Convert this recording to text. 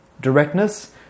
directness